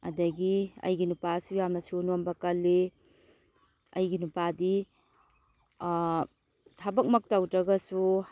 ꯑꯗꯒꯤ ꯑꯩꯒꯤ ꯅꯨꯄꯥꯁꯨ ꯌꯥꯝꯅ ꯁꯨ ꯅꯣꯝꯕ ꯀꯜꯂꯤ ꯑꯩꯒꯤ ꯅꯨꯄꯥꯗꯤ ꯊꯕꯛꯃꯛ ꯇꯧꯗ꯭ꯔꯒꯁꯨ